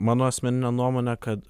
mano asmenine nuomone kad